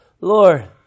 Lord